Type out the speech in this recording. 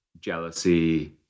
jealousy